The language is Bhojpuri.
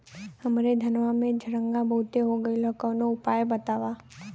हमरे धनवा में झंरगा बहुत हो गईलह कवनो उपाय बतावा?